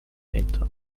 enter